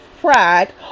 fried